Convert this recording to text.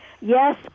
Yes